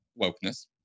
wokeness